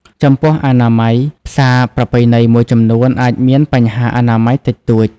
ចំពោះអនាម័យ ផ្សារប្រពៃណីមួយចំនួនអាចមានបញ្ហាអនាម័យតិចតួច។